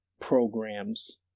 programs